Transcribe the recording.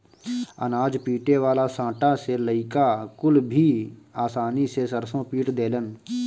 अनाज पीटे वाला सांटा से लईका कुल भी आसानी से सरसों पीट देलन